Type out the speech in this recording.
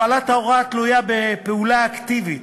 הפעלת ההוראה תלויה בפעולה אקטיבית,